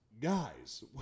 guys